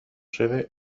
sede